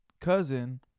cousin